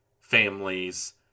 families